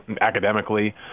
academically